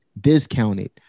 discounted